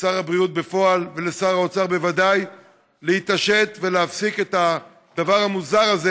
לשר הבריאות בפועל ולשר האוצר בוודאי להתעשת ולהפסיק את הדבר המוזר הזה,